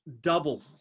Double